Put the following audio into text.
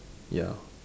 ya